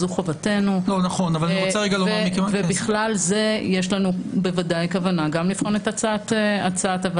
זו חובתנו ובכלל זה יש לנו בוודאי כוונה גם לבחון את הצעת הוועדה.